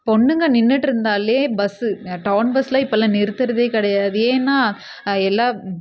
பொண்ணுங்க நின்றுட்டு இருந்தாலே பஸ்ஸு டவுன் பஸ்சில் இப்பெலாம் நிறுத்துகிறதே கிடையாது ஏன்னால் எல்லாம்